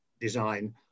design